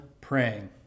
praying